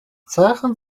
сайхан